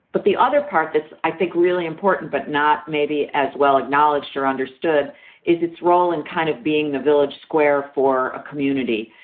but the other part that's i think really important, but not maybe as well acknowledged or understood is its role in kind of being the village square for a community,